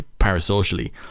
parasocially